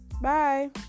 Bye